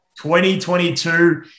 2022